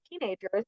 teenagers